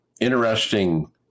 interesting